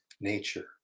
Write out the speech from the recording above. nature